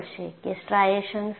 કે સ્ટ્રાઇશન્સ શું છે